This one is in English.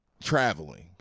Traveling